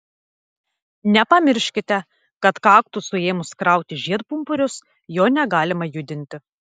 nepamirškite kad kaktusui ėmus krauti žiedpumpurius jo negalima judinti